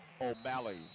O'Malley